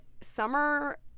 summer